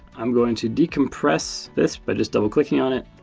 i'm going to decompress this by just double clicking on it.